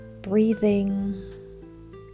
breathing